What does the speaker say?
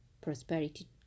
prosperity